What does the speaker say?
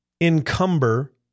encumber